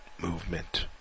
movement